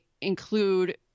include